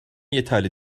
yeterli